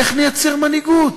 איך נייצר מנהיגות?